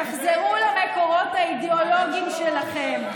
תחזרו למקורות האידיאולוגיים שלכם.